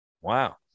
Wow